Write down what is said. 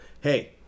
hey